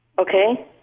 Okay